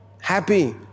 happy